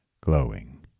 glowing